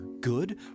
good